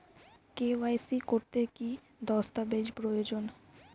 KYC করতে কি দস্তাবেজ প্রয়োজন?